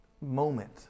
moment